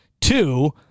two